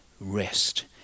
rest